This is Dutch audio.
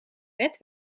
wet